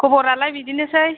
खब'रालाय बिदिनोसै